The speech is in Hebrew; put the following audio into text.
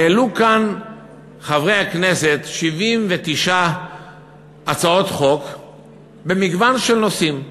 העלו כאן חברי הכנסת 79 הצעות חוק במגוון של נושאים.